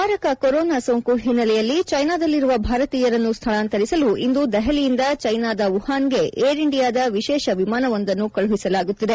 ಮಾರಕ ಕೊರೋನಾ ಸೋಂಕು ಹಿನ್ನೆಲೆಯಲ್ಲಿ ಚೈನಾದಲ್ಲಿರುವ ಭಾರತೀಯರನ್ನು ಶ್ವಳಾಂತರಿಸಲು ಇಂದು ದೆಹಲಿಯಿಂದ ಚ್ಲೆನಾದ ವುಹಾನ್ಗೆ ಏರ್ ಇಂಡಿಯಾದ ವಿಶೇಷ ವಿಮಾನವೊಂದನ್ನು ಕಳುಹಿಸಲಾಗುತ್ತಿದೆ